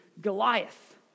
Goliath